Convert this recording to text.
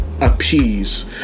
appease